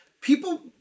people